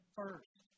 first